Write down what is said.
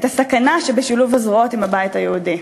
את הסכנה שבשילוב הזרועות עם הבית היהודי.